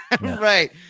Right